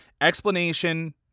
Explanation